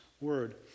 word